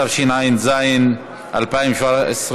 התשע"ז 2017,